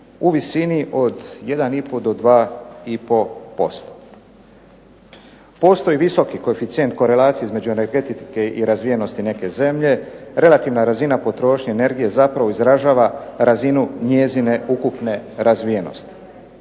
u visini od 1,5 do 2,5%. Postoji visoki koeficijent korelacije između energetike i razvijenosti neke zemlje, relativna razina potrošnje energije zapravo izražava razinu njezine ukupne razvijenosti.